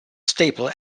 staple